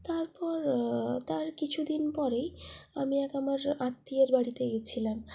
তারপর তার কিছুদিন পরেই আমি এক আমার আত্মীয়ার বাড়ি গেছিলাম